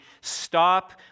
stop